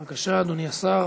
השר.